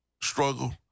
struggle